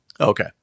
Okay